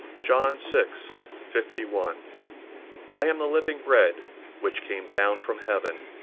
john six fifty one i am the living bread which came down from heaven.